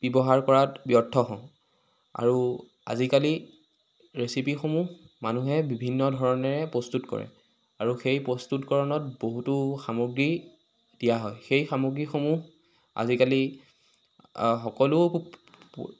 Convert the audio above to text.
ব্যৱহাৰ কৰাত ব্যৰ্থ হওঁ আৰু আজিকালি ৰেচিপিসমূহ মানুহে বিভিন্ন ধৰণেৰে প্ৰস্তুত কৰে আৰু সেই প্ৰস্তুতকৰণত বহুতো সামগ্ৰী দিয়া হয় সেই সামগ্ৰীসমূহ আজিকালি সকলো